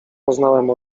poznałem